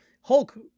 Hulk